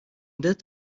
that